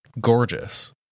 gorgeous